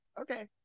okay